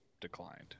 declined